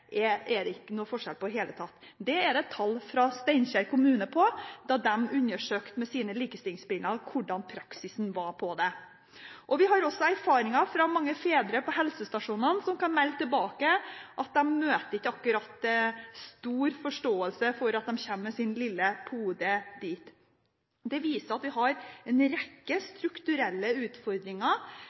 lengst, mens det ikke er noen forskjell mellom gifte og ugifte kvinner i det hele tatt. Det er det tall fra Steinkjer kommune som viser, da de undersøkte sine likestillingsbilag og hvilken praksis de hadde på det. Vi har også erfaringer fra mange fedre på helsestasjonene som melder tilbake at de ikke akkurat møter stor forståelse for at de kommer dit med sin lille pode. Det viser at vi har en rekke strukturelle utfordringer,